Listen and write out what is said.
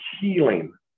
healing